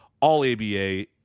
All-ABA